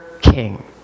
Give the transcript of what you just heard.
king